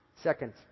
Second